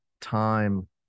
time